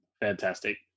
Fantastic